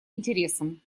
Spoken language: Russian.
интересам